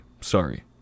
Sorry